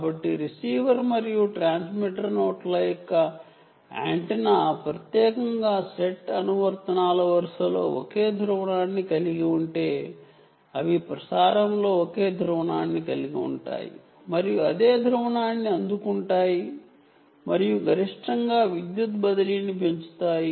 కాబట్టి రిసీవర్ మరియు ట్రాన్స్మిటర్లు ప్రత్యేకంగా లైన్ ఆఫ్ సైట్ అనువర్తనలలో ఒకే ధ్రువణాన్ని కలిగి ఉంటే అవి ప్రసారంలో ఒకే ధ్రువణాన్ని కలిగి ఉంటాయి మరియు అదే ధ్రువణాన్ని అందుకుంటాయి మరియు గరిష్టంగా విద్యుత్ బదిలీని పెంచుతాయి